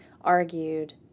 argued